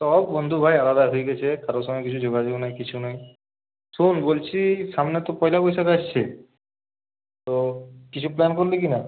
সব বন্ধু ভাই আলাদা হয়ে গেছে কারো সঙ্গে কিছু যোগাযোগ নাই কিছু নাই শোন বলছি সামনে তো পয়লা বৈশাখ আসছে তো কিছু প্ল্যান করলি কিনা